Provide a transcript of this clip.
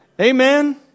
Amen